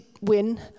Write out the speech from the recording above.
win